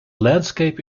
landscape